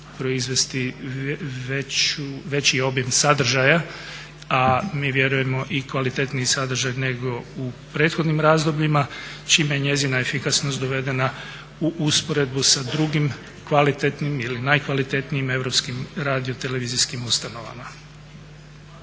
proizvesti veći obim sadržaja, a mi vjerujemo i kvalitetniji sadržaj nego u prethodnim razdobljima čime je njezina efikasnost dovedena u usporedbu sa drugim kvalitetnim ili najkvalitetnijim europskim radiotelevizijskim ustanovama.